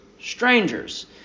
strangers